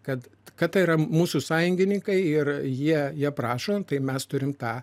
kad kad yra mūsų sąjungininkai ir jie jie prašom tai mes turim tą